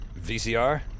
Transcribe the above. VCR